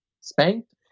spanked